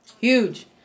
Huge